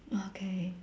okay